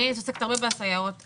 הייתי עוסקת הרבה בסייעות.